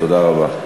תודה רבה.